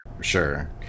Sure